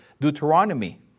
Deuteronomy